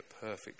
perfect